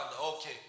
Okay